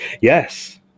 Yes